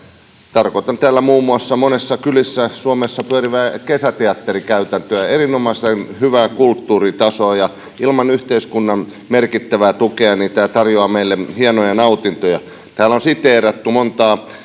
tarkoitan tällä muun muassa monissa kylissä suomessa pyörivää kesäteatterikäytäntöä erinomaisen hyvää kulttuuritasoa ilman yhteiskunnan merkittävää tukea tämä tarjoaa meille hienoja nautintoja täällä on siteerattu montaa